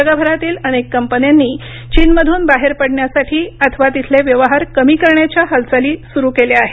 जगभरातील अनेक कंपन्यांनी चीनमधून बाहेर पडण्यासाठी अथवा तिथले व्यवहार कमी करण्याच्या हालचाली सुरू केल्या आहेत